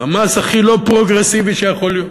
המס הכי לא פרוגרסיבי שיכול להיות,